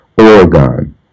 Oregon